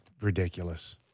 ridiculous